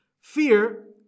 Fear